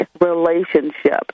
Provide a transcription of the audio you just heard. relationship